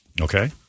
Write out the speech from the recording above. Okay